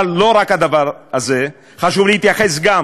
אבל לא רק את הדבר הזה, חשוב להתייחס גם